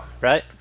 right